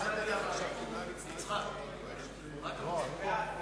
ההצעה להעביר את הנושא לוועדת העבודה,